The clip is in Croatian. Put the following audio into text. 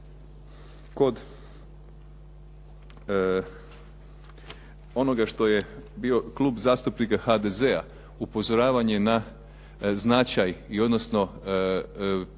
Kod onoga što je htio Klub zastupnika HDZ-a upozoravanje na značaj i odnosno jednu